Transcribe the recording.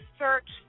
search